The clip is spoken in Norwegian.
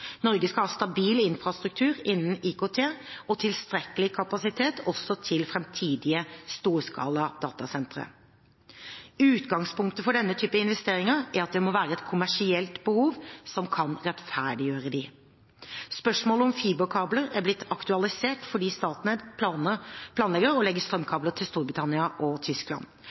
Norge skal ha stabil infrastruktur innen IKT og tilstrekkelig kapasitet også til fremtidige storskala datasentre. Utgangspunktet for denne type investeringer er at det må være et kommersielt behov som kan rettferdiggjøre dem. Spørsmålet om fiberkabler er blitt aktualisert fordi Statnett planlegger å legge